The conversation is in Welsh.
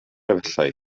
efallai